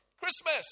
Christmas